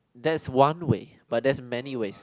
that's one way but there is many ways